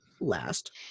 last